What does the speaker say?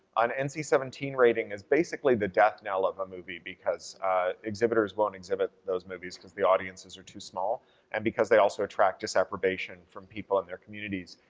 an and nc seventeen rating is basically the death knell of a movie because exhibitors won't exhibit those movies because the audiences are too small and because they also attract disapprobation from people in their communities.